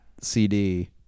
cd